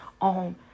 on